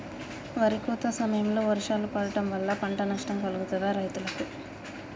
వరి కోత సమయంలో వర్షాలు పడటం వల్ల పంట నష్టం కలుగుతదా రైతులకు?